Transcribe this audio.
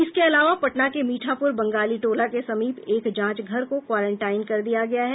इसके अलावा पटना के मीठापुर बंगाली टोला के समीप एक जांच घर को क्वारेंटाइन कर दिया गया है